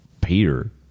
Peter